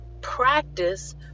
practice